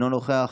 אינו נוכח,